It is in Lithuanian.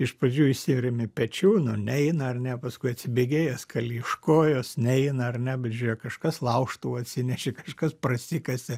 iš pradžių įsiremi pečiu nu neina ar ne paskui atsibėgėjęs kali iš kojos neina ar ne bet žiūrėk kažkas laužtuvą atsinešė kažkas prasikasė